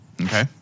Okay